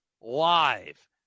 live